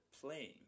playing